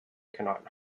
cannot